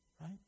Right